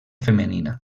femenina